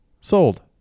Sold